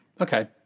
okay